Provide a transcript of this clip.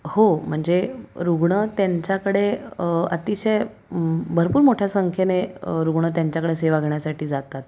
हो म्हणजे रुग्ण त्यांच्याकडे अतिशय भरपूर मोठ्या संख्येने रुग्ण त्यांच्याकडे सेवा घेण्यासाठी जातात